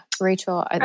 Rachel